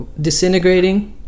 disintegrating